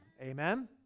Amen